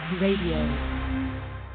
Radio